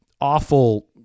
awful